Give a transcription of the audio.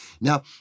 Now